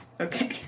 Okay